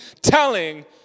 telling